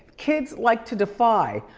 kids like to defy.